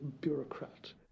bureaucrat